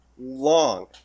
long